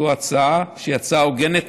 זו הצעה שהיא הצעה הוגנת.